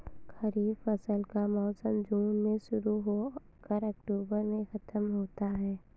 खरीफ फसल का मौसम जून में शुरू हो कर अक्टूबर में ख़त्म होता है